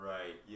Right